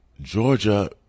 Georgia